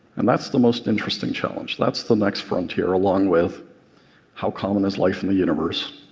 and that's the most interesting challenge. that's the next frontier, along with how common is life in the universe?